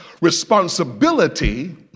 responsibility